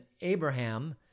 Abraham